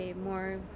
more